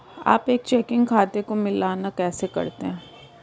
आप एक चेकिंग खाते का मिलान कैसे करते हैं?